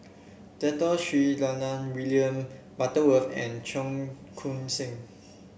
Dato Sri William Butterworth and Cheong Koon Seng